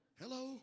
Hello